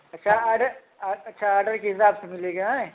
अच्छा ऑर्डर अच्छा ऑर्डर के हिसाब से मिलेगा आयँ